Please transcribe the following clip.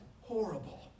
Horrible